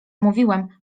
mówiłem